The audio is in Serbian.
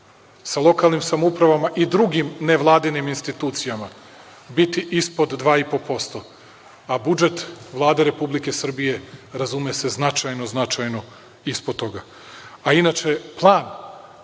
sa lokalnim samoupravama i drugim nevladinim institucijama biti ispod 2,5%, a budžet Vlade Republike Srbije, razume se, značajno ispod toga. A, inače, plan